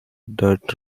dirt